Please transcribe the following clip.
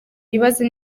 yibaza